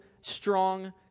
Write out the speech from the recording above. strong